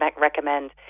recommend